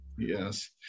Yes